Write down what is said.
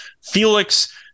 Felix